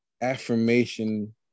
affirmation